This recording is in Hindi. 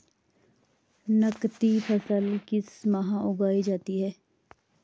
नकदी फसल किस माह उगाई जाती है?